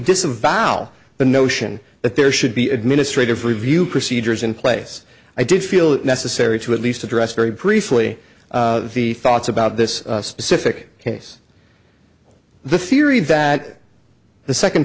disavow the notion that there should be administrative review procedures in place i didn't feel it necessary to at least address very briefly the thoughts about this specific case the theory that the second